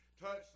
touch